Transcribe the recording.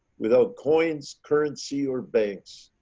without coins, currency, or banks.